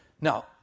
now